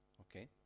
okay